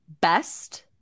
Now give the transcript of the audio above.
best